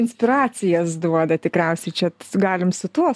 inspiracijas duoda tikriausiai čia galim su tuo